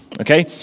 Okay